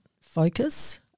focus